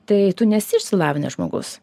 tai tu nesi išsilavinęs žmogus